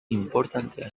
inportantea